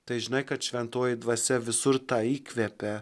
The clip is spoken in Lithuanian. tai žinai kad šventoji dvasia visur tą įkvepia